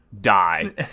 die